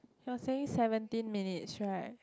they were saying seventeen minutes right